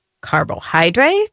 carbohydrate